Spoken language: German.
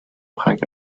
prangt